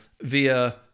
via